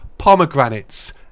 pomegranates